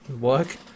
work